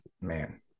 man